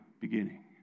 beginning